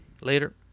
Later